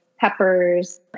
peppers